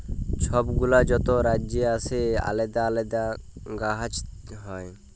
ছব গুলা যত রাজ্যে আসে আলেদা আলেদা গাহাচ হ্যয়